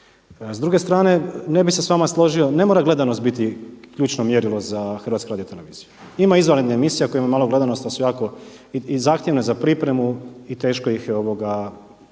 s vama složio ne mora gledanost biti ključno mjerilo za HRT, ima izvanrednih emisija koje imaju malu gledanost ali su jako i zahtjevne za pripremu i teško ih je na